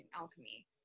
alchemy